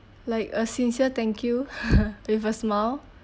like a sincere thank you with a smile